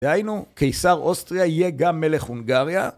דהיינו, קיסר אוסטריה יהיה גם מלך הונגריה.